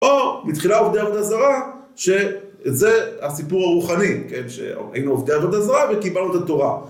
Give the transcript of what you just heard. או מתחילה עובדי עבודה זרה, שזה הסיפור הרוחני, כן, שהיינו עובדי עבודה זרה וקיבלנו את התורה.